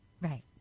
right